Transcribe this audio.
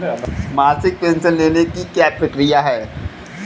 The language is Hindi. मासिक पेंशन लेने की क्या प्रक्रिया है?